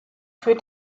für